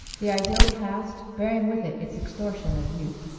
the idyl passed, bearing with it its extortion of youth.